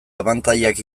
abantailak